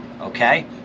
okay